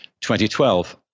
2012